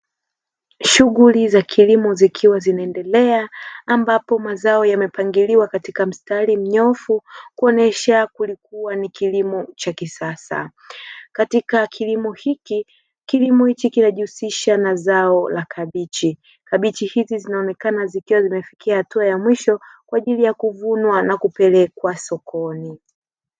Shughuli za kilimo zikiwa zinaendelea ambapo mazao yamepangiliwa katika mstari mnyoofu kuonyesha kulikuwa ni kilimo cha kisasa. Katika kilimo hiki, kilimo hichi kinajihusisha na zao la kabichi. Kabichi hizi zinaonekana zikiwa zimefikia hatua ya mwisho kwa ajili ya kuvunwa na kupelekwa sokoni.